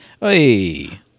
Hey